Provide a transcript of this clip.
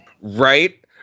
Right